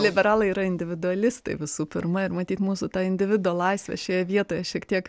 liberalai yra individualistai visų pirma ir matyt mūsų ta individo laisvė šioje vietoje šiek tiek